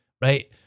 right